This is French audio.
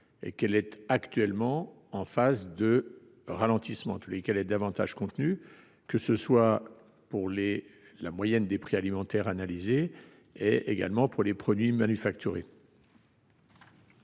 et qu’elle est actuellement en phase de ralentissement. En tout état de cause, elle est davantage contenue, que ce soit pour la moyenne des prix alimentaires analysés ou pour les produits manufacturés